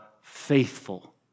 faithful